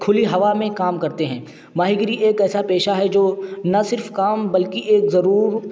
کھلی ہوا میں کام کرتے ہیں ماہی گیری ایک ایسا پیشہ ہے جو نہ صرف کام بلکہ ایک ضرور